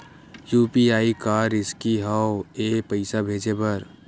UPI का रिसकी हंव ए पईसा भेजे बर?